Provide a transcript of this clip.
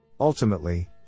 Ultimately